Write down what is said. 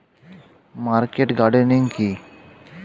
Market gardening কি?